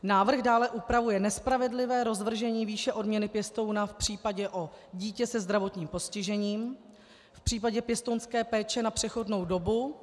Návrh dále upravuje nespravedlivé rozvržení výše odměny pěstouna v případě péče o dítě se zdravotním postižením v případě pěstounské péče na přechodnou dobu.